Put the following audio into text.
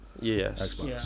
Yes